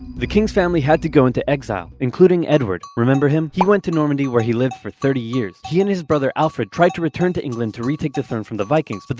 the king's family had to go into exile, including edward. remember him? he went to normandy, where he lived for thirty years. he and his brother alfred tried to return to england to retake the throne from the vikings, but